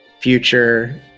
future